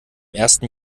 ersten